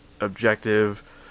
objective